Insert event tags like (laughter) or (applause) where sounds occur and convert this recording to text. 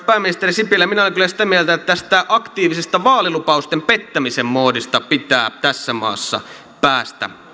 (unintelligible) pääministeri sipilä minä olen kyllä sitä mieltä että tästä aktiivisesta vaalilupausten pettämisen moodista pitää tässä maassa päästä